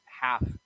half